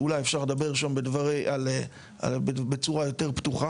שאולי אפשר לדבר שם על דברים בצורה יותר פתוחה.